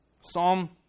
Psalm